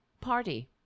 Party